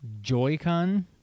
Joy-Con